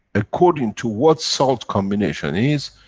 according to what salt combination is,